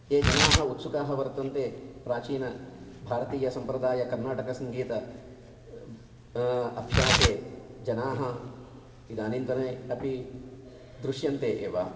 ये जनाः उत्सुकाः वर्तन्ते प्राचीन भारतीय सम्प्रदाय कर्नाटकसङ्गीतस्य अभ्यासे जनाः इदानीन्तन अपि दृश्यन्ते एव